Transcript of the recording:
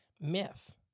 Myth